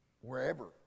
wherever